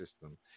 system